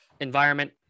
environment